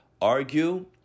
argue